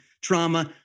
trauma